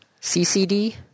CCD